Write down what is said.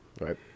right